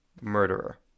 murderer